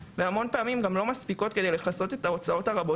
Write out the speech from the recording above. ופעמים רבות גם לא מספיקות כדי לכסות את ההוצאות הרבות